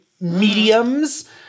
mediums